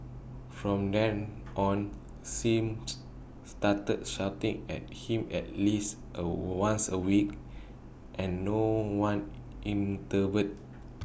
from then on Sim started shouting at him at least A once A week and no one intervened